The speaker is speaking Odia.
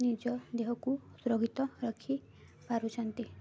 ନିଜ ଦେହକୁ ସୁରକ୍ଷିତ ରଖି ପାରୁଛନ୍ତି